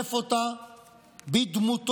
לאלף אותה בדמותו.